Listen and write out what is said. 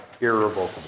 irrevocable